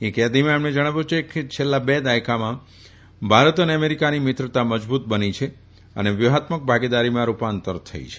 એક યાદીમાં તેમણે જણાવ્યું છે કે છેલ્લા બે દાયકામાં ભારત અને અમેરિકાની મિત્રતા મજબૂત બની છે અને વ્યુહાત્મક ભાગીદારીમાં રૂપાંતર થઈ છે